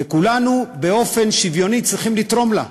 וכולנו באופן שוויוני צריכים לתרום לה,